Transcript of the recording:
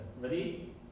ready